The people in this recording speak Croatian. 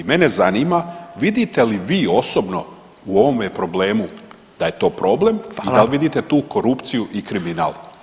Mene zanima vidite li vi osobno u ovome problemu da je to problem i da li vidite tu korupciju i kriminal?